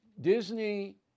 Disney